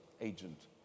agent